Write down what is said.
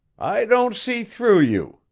i don't see through you,